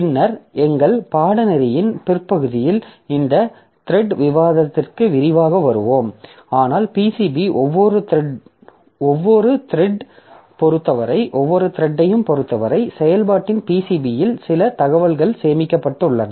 பின்னர் எங்கள் பாடநெறியின் பிற்பகுதியில் இந்த த்ரெட் விவாதத்திற்கு விரிவாக வருவோம் ஆனால் PCB ஒவ்வொரு த்ரெட் பொருத்தவரை செயல்பாட்டின் PCBயில் சில தகவல்கள் சேமிக்கப்பட்டுள்ளன